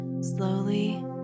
slowly